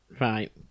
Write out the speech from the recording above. Right